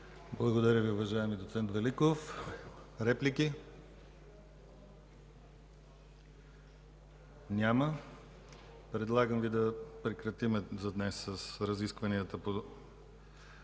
Благодаря Ви, уважаеми доц. Великов. Реплики? Няма. Предлагам Ви да прекратим за днес с разискванията по